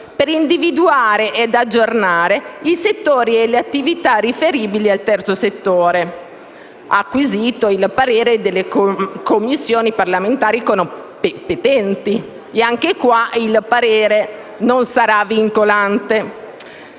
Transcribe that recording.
per individuare ed aggiornare i settori e le attività riferibili al terzo settore, acquisito il parere delle Commissioni parlamentari competenti. Anche in questo caso, però, il parere non sarà vincolante.